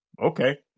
Okay